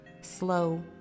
slow